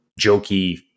jokey